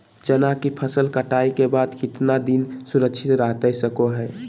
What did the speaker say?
चना की फसल कटाई के बाद कितना दिन सुरक्षित रहतई सको हय?